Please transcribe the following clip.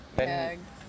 the